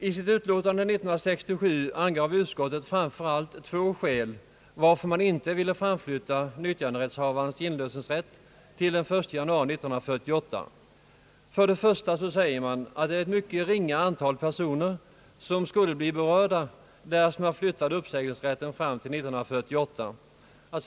I sitt utlåtande år 1967 angav utskottet framför allt två skäl varför man inte ville framflytta nyttjanderättshavarens lösningsrätt till den 1 januari 1948. Som ett första skäl angavs att det är ett mycket ringa antal personer som skulle bli berörda därest man flyttade uppsägningsrätten fram till år 1948.